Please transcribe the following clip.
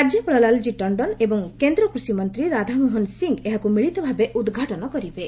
ରାଜ୍ୟପାଳ ଲାଲ୍ଜୀ ଟଣ୍ଡନ ଏବଂ କେନ୍ଦ୍ରକୃଷିମନ୍ତ୍ରୀ ରାଧାମୋହନ ସିଂ ଏହାକୁ ମିଳିତ ଭାବେ ଉଦ୍ଘାଟନ କରିବେ